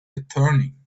returning